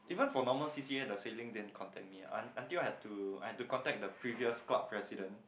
even for normal C_C_A the sailing didn't contact me un~ until I have to I have to contact the previous club president